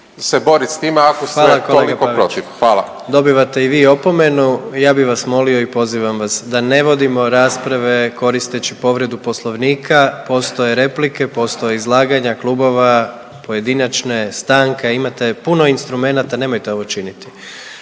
Gordan (HDZ)** Hvala kolega Pavić. Dobivate i vi opomenu, ja bi vas molio i pozivam vas da ne vodimo rasprave koristeći povredu poslovnika, postoje replike, postoje izlaganja klubova, pojedinačne, stanka, imate puno instrumenata, nemojte ovo činiti.